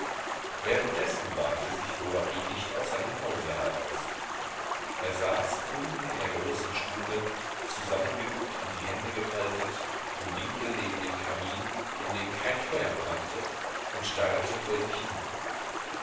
währenddessen wagte sich bovary nicht aus seinem hause heraus er saß unten in der großen stube zusammengeduckt und die hände gefaltet im winkel neben dem kamin in dem kein feuer brannte und starrte vor sich hin